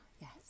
yes